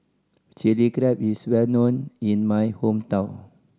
Chilli Crab is well known in my hometown